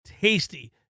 tasty